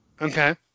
Okay